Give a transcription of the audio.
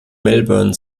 melbourne